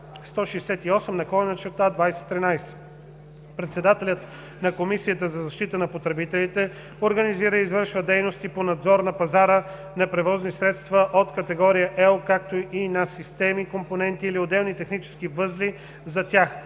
168/2013. Председателят на Комисията за защита на потребителите организира и извършва дейности по надзор на пазара на превозни средства от категория L, както и на системи, компоненти или отделни технически възли за тях,